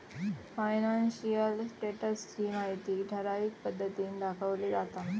financial status ची माहिती ठराविक पद्धतीन दाखवली जाता